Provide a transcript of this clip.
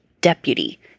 deputy